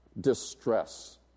distress